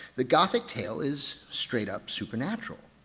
the gothic tale is straight-up supernatural.